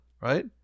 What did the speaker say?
right